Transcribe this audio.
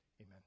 amen